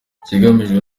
ikigamijwe